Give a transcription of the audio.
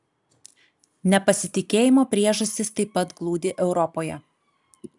nepasitikėjimo priežastys taip pat glūdi europoje